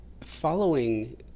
following